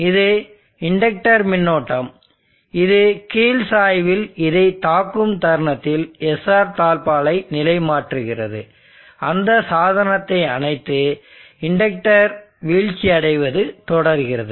இது இண்டக்டர் மின்னோட்டம் இது கீழ் சாய்வில் இதைத் தாக்கும் தருணத்தில் SR தாழ்ப்பாளை நிலை மாற்றுகிறது அந்த சாதனத்தை அணைத்து இண்டக்டர் வீழ்ச்சி அடைவது தொடர்கிறது